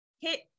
hit